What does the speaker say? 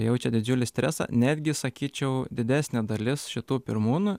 jaučia didžiulį stresą netgi sakyčiau didesnė dalis šitų pirmūnų